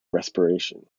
respiration